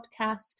podcast